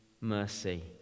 mercy